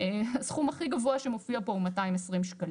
והסכום הכי גבוה שמופיע פה הוא 220 שקלים.